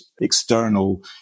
external